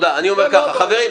חברים,